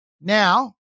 now